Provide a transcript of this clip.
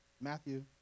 Matthew